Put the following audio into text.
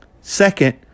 Second